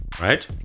Right